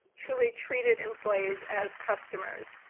truly treated employees as customers.